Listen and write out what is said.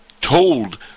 told